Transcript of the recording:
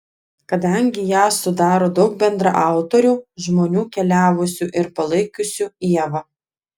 kadangi ją sudaro daug bendraautorių žmonių keliavusių ir palaikiusių ievą